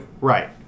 Right